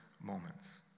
moments